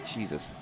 Jesus